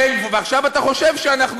ועכשיו אתה חושב שאנחנו,